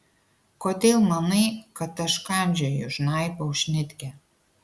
kodėl manai kad aš kandžioju žnaibau šnitkę